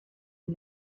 and